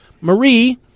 Marie